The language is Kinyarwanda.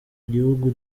igihugu